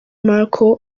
markle